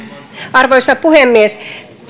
arvoisa puhemies